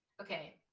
okay